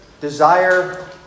desire